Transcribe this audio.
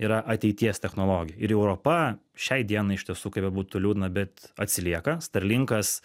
yra ateities technologija ir europa šiai dienai iš tiesų kaip bebūtų liūdna bet atsilieka starlinkas